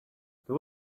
there